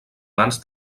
mans